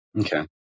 Okay